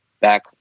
back